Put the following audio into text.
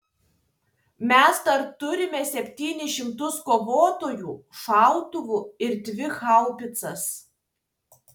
mes dar turime septynis šimtus kovotojų šautuvų ir dvi haubicas